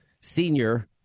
senior